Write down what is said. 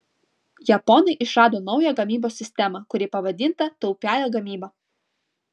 japonai išrado naują gamybos sistemą kuri pavadinta taupiąja gamyba